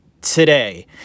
Today